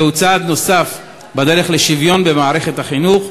זהו צעד נוסף בדרך לשוויון במערכת החינוך,